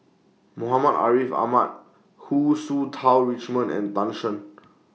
Muhammad Ariff Ahmad Hu Tsu Tau Richman and Tan Shen